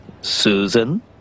Susan